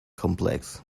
complex